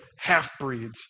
half-breeds